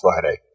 Friday